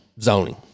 zoning